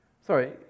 sorry